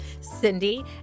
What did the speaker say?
Cindy